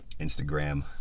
instagram